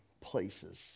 places